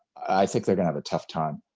i think they're gonna have a tough time.